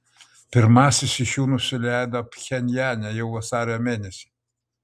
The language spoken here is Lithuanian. pirmasis iš jų nusileido pchenjane jau vasario mėnesį